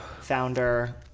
founder